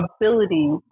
ability